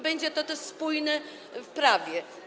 Będzie to też spójne w prawie.